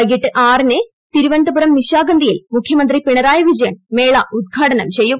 വൈകിട്ട് ആറിന് തിരുവനന്തപുരം നിശാഗന്ധിയിൽ മുഖ്യമന്ത്രി പിണറായി വിജയൻ മേള ഉത്ഘാടനം ചെയ്യും